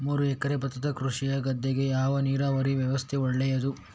ಮೂರು ಎಕರೆ ಭತ್ತದ ಕೃಷಿಯ ಗದ್ದೆಗೆ ಯಾವ ನೀರಾವರಿ ವ್ಯವಸ್ಥೆ ಒಳ್ಳೆಯದು?